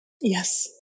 Yes